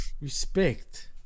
Respect